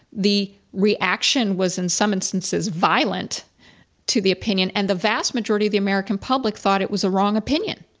the reaction was in some instances violent to the opinion and the vast majority of the american public thought it was a wrong opinion,